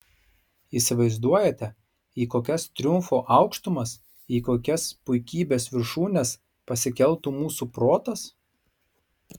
įsivaizduojate į kokias triumfo aukštumas į kokias puikybės viršūnes pasikeltų mūsų protas